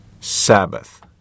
Sabbath